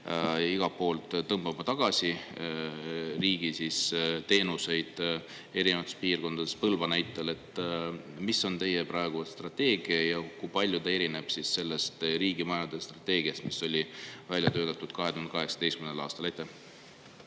igalt poolt tõmbama tagasi riigi teenuseid erinevates piirkondades Põlva näitel? Mis on teie praegune strateegia ja kui palju ta erineb sellest riigimajade strateegiast, mis oli välja töötatud 2018. aastal?